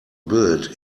built